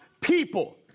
people